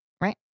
right